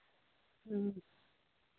ᱦᱩᱸ